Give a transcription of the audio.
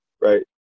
right